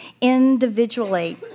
individually